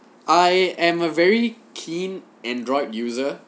I am a very keen android user